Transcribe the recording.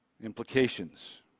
Implications